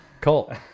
Colt